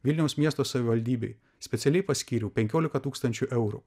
vilniaus miesto savivaldybei specialiai paskyriau penkiolika tūkstančių eurų